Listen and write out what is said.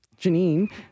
Janine